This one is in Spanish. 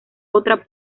otra